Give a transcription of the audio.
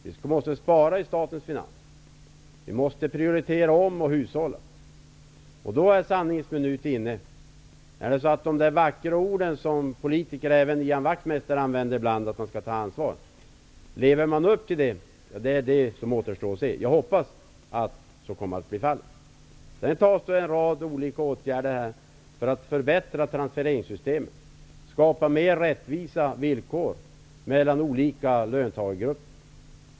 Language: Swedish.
Vi måste spara i statens finanser. Vi måste prioritera om och hushålla. Då är sanningens minut inne. Lever man upp till de vackra ord som vi politiker -- även Ian Wachtmeister ibland -- använder, nämligen att man skall ta ansvar? Det återstår att se. Jag hoppas att så kommer att bli fallet. Sedan vidtas en rad olika åtgärder för att förbättra transfereringssystemen och skapa större rättvisa mellan olika löntagargrupper.